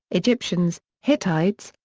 egyptians, hittites,